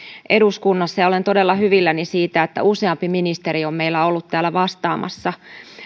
eduskunnassa ja olen todella hyvilläni siitä että useampi ministeri on meillä ollut täällä vastaamassa